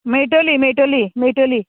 मेळटली मेळटली मेळटली